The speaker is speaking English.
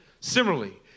Similarly